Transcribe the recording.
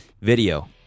video